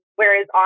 whereas